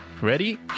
Ready